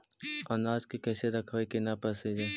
अनाज के कैसे रखबै कि न पसिजै?